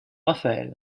raphaël